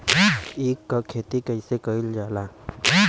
ईख क खेती कइसे कइल जाला?